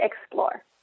explore